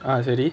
ah சரி:sari